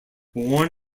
born